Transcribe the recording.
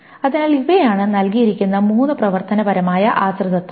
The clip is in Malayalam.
അതിനാൽ ഇവയാണ് നൽകിയിരിക്കുന്ന മൂന്ന് പ്രവർത്തനപരമായ ആശ്രിതത്വങ്ങൾ